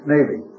Navy